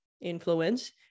influence